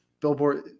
billboard